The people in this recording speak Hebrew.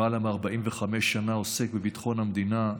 למעלה מ-45 שנה עוסק בביטחון המדינה,